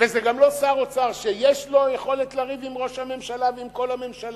וזה גם לא שר אוצר שיש לו יכולת לריב עם ראש הממשלה ועם כל הממשלה,